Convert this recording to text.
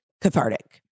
cathartic